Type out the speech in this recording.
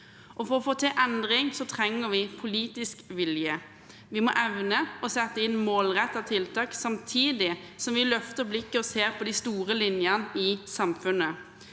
For å få til endring trenger vi politisk vilje. Vi må evne å sette inn målrettede tiltak, samtidig som vi løfter blikket og ser på de store linjene i samfunnet.